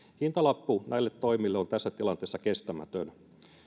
hintalappu näille toimille on tässä tilanteessa kestämätön